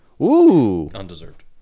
undeserved